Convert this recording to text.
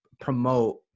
promote